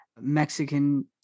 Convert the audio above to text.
mexican